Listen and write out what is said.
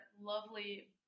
lovely